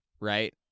right